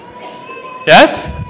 Yes